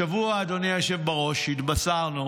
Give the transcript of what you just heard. השבוע, אדוני היושב בראש, התבשרנו